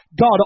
God